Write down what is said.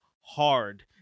hard